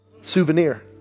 Souvenir